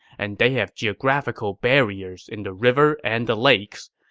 and they have geographical barriers in the river and the lakes.